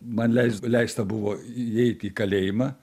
man lei leista buvo įeiti į kalėjimą